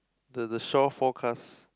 the the shore forecast